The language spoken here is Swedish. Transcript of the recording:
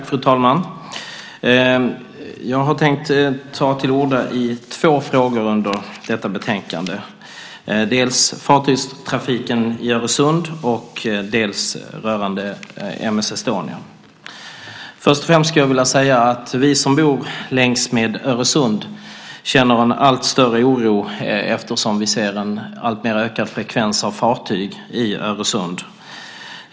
Fru talman! Jag har tänkt ta till orda i två frågor som behandlas i detta betänkande. Det gäller dels fartygstrafiken i Öresund, dels M/S Estonia. Först och främst vill jag säga att vi som bor längs med Öresund känner en allt större oro eftersom vi ser en alltmer ökad frekvens av fartyg i Öresund.